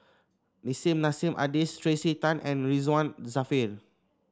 Nissim Nassim Adis Tracey Tan and Ridzwan Dzafir